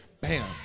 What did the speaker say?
Bam